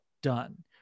done